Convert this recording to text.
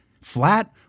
flat